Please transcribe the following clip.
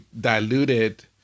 diluted